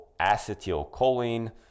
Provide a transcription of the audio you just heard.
acetylcholine